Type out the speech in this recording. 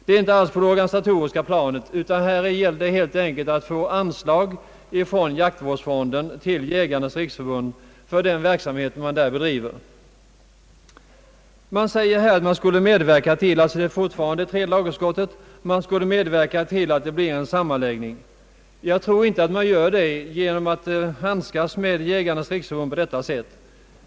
Det är inte på det organisatoriska planet, som meningarna skiljer sig, utan här gäller det helt enkelt att få anslag från jaktvårdsfonden till Jägarnas riksförbund för den verksamhet som detta förbund bedriver. Man säger — jag citerar fortfarande tredje lagutskottet — att alla skulle medverka till att det blir en sammanläggning. Jag tror inte man gör det genom att handskas med Jägarnas riksför bund på detta sätt.